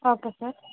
okay sir